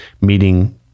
meeting